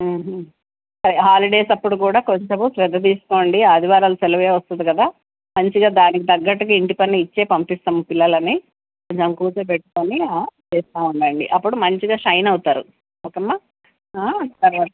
హా హాలిడేస్ అప్పుడు కూడా కొంచెము శ్రద్ధ తీసుకోండి ఆదివారాలు సెలవు వస్తుంది కదా మంచిగా దానికి తగ్గట్టుగా ఇంటి పని ఇచ్చే పంపిస్తాం పిల్లలని కొంచెం కూర్చోపెట్టుకోని చేస్తు ఉండండి అప్పుడు మంచిగా షైన్ అవుతారు ఓకే అమ్మ తర్వాత